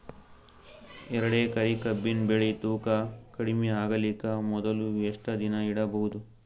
ಎರಡೇಕರಿ ಕಬ್ಬಿನ್ ಬೆಳಿ ತೂಕ ಕಡಿಮೆ ಆಗಲಿಕ ಮೊದಲು ಎಷ್ಟ ದಿನ ಇಡಬಹುದು?